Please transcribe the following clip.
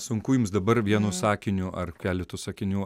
sunku jums dabar vienu sakiniu ar keletu sakinių